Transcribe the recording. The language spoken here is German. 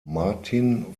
martin